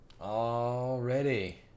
Already